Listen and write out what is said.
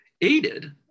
aided